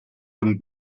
von